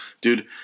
dude